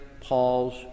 Paul's